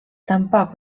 tampoc